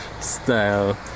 style